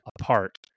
apart